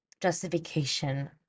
justification